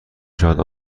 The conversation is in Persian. شود